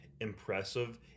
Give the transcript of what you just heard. impressive